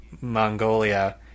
Mongolia